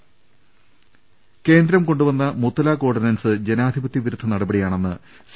മർട്ട്ട്ട്ട്ട്ട കേന്ദ്രം കൊണ്ടുവന്ന മുത്തലാഖ് ഓർഡിനൻസ് ജനാധിപത്യ വിരുദ്ധ നടപടിയാണെന്ന് സി